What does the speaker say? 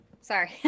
sorry